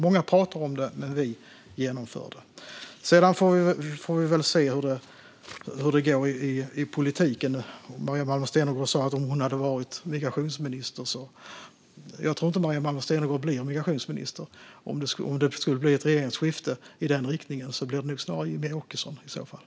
Många talar om det, men vi genomför det. Sedan får vi väl se hur det går i politiken. Maria Malmer Stenergard sa hur hon skulle göra om hon varit migrationsminister. Jag tror inte att Maria Malmer Stenergard blir migrationsminister. Om det skulle bli ett regeringsskifte i den riktningen blir det nog snarare Jimmie Åkesson i så fall.